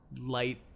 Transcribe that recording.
light